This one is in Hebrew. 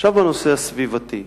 עכשיו בנושא הסביבתי.